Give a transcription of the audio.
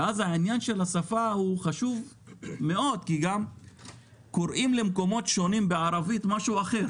עניין השפה הוא חשוב מאוד כי גם קוראים למקומות שונים בערבית בשם אחר